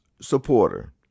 supporter